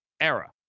era